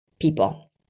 people